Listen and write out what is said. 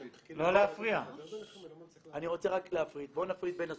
אני רוצה רק להפריד, בוא נפריד בין הסכומים,